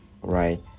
Right